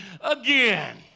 again